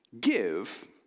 Give